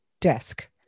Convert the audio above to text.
desk